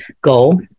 goal